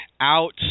out